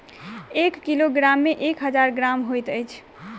एक किलोग्राम मे एक हजार ग्राम होइत अछि